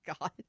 God